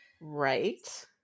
Right